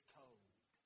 told